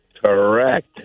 Correct